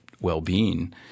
well-being